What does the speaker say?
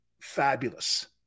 fabulous